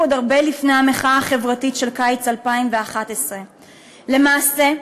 עוד הרבה לפני המחאה החברתית של קיץ 2011. למעשה,